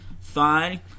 fine